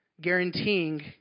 guaranteeing